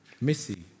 Missy